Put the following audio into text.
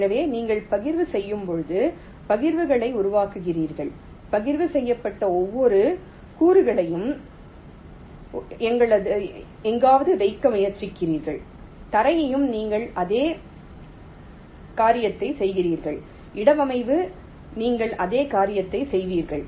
எனவே நீங்கள் பகிர்வு செய்யும் போது பகிர்வுகளை உருவாக்குகிறீர்கள் பகிர்வு செய்யப்பட்ட ஒவ்வொரு கூறுகளையும் எங்காவது வைக்க முயற்சிக்கிறீர்கள் தரையையும் நீங்கள் அதே காரியத்தைச் செய்கிறீர்கள் இடவமைவும் நீங்கள் அதே காரியத்தைச் செய்வீர்கள்